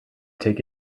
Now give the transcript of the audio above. take